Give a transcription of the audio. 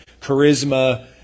charisma